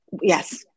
Yes